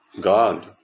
God